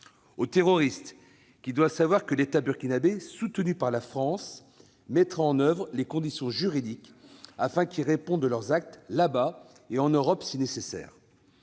aux terroristes, qui doivent savoir que l'État burkinabé, soutenu par la France, mettra en oeuvre les conditions juridiques afin qu'ils répondent de leurs actes là-bas, et en Europe si nécessaire